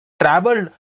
traveled